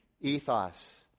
ethos